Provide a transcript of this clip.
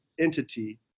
entity